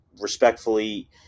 respectfully